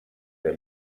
der